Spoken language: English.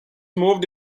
moved